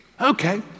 Okay